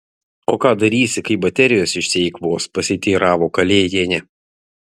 o ką darysi kai baterijos išsieikvos pasiteiravo kalėjienė